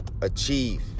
achieve